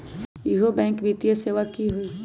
इहु बैंक वित्तीय सेवा की होई?